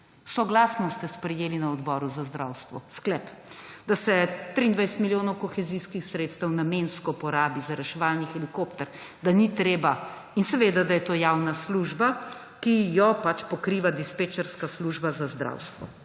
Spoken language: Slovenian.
Soglasno ste sprejeli na Odboru za zdravstvo sklep, da se 23 milijonov kohezijskih sredstev namensko porabi za reševalni helikopter, da ni treba … in seveda da je to javna služba, ki jo pač pokriva dispečerska služba za zdravstvo.